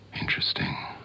Interesting